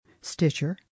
Stitcher